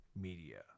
media